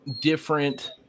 different